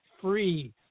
free